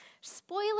Spoiler